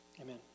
Amen